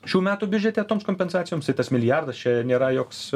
šių metų biudžete toms kompensacijoms tai tas milijardas čia nėra joks